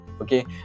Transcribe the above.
okay